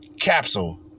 capsule